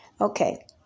Okay